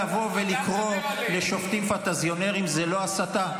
לבוא ולקרוא לשופטים "פנטזיונרים" זאת לא הסתה,